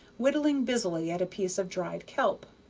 whittling busily at a piece of dried kelp.